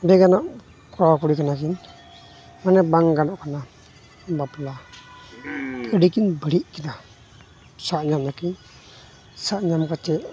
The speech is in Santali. ᱵᱮᱼᱜᱟᱱᱚᱜ ᱠᱚᱲᱟᱼᱠᱩᱲᱤ ᱠᱟᱱᱟᱠᱤᱱ ᱢᱟᱱᱮ ᱵᱟᱝ ᱜᱟᱱᱚᱜ ᱠᱟᱱᱟ ᱵᱟᱯᱞᱟ ᱟᱹᱰᱤᱠᱤᱱ ᱵᱟᱹᱲᱤᱡ ᱠᱮᱫᱟ ᱥᱟᱵ ᱧᱟᱢᱱᱟᱠᱤᱱ ᱥᱟᱵ ᱧᱟᱢ ᱠᱟᱛᱮᱫ